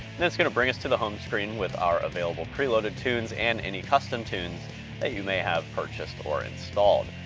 and that's gonna bring us to the home screen with our available pre-loaded tunes and any custom tunes that you may have purchased or installed.